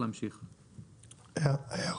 כן, הערות.